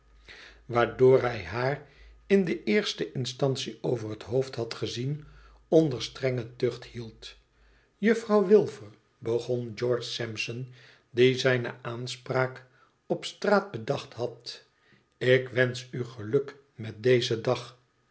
door hij haar in de eerste instantie over het hoofd had gezien onder strenge tucht hield t juffrouw wilfer begon george sampson die zijne aanspraak op straat bedacht had tik wensch u geluk met dezen dag